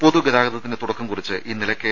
പൊതുഗതാഗതത്തിന് തുടക്കം കുറിച്ച് ഇന്നലെ കെ